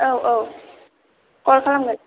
औ औ कल खालामगोन